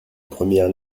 première